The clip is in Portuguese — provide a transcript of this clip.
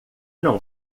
não